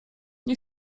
nie